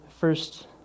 first